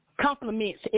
compliments